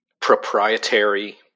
proprietary